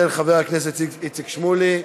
של חבר הכנסת איציק שמולי.